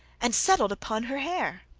and settled upon her hair.